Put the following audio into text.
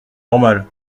normal